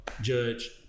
Judge